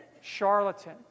charlatan